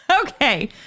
Okay